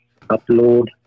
upload